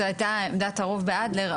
זו הייתה עמדת הרוב באדלר,